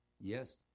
yes